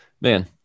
man